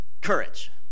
courage